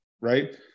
right